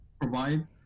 provide